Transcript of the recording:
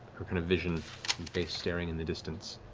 her kind of vision and face staring in the distance.